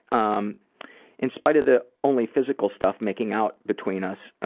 um in spite of the only physical stuff, making out between us,